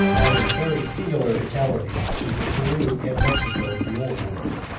by a very singular fatality, was the peru and mexico of the old world.